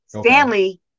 Stanley